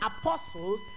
apostles